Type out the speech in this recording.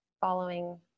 following